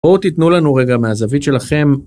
בואו תיתנו לנו רגע מהזווית שלכם.